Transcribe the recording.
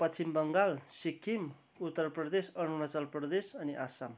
पश्चिम बङ्गाल सिक्किम उत्तर प्रदेश अरुणाचल प्रदेश अनि आसाम